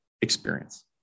experience